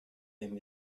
them